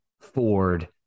Ford